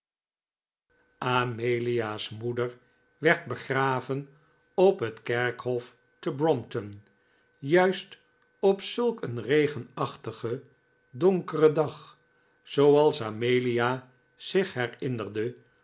amelia's moeder werd begraven op het kerkhof te brompton juist op zulk een regenachtigen donkeren dag zooals amelia zich herinnerde